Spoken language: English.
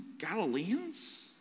Galileans